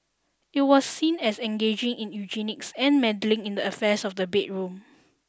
it was seen as engaging in eugenics and meddling in the affairs of the bedroom